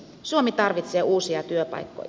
suomi tarvitsee uusia työpaikkoja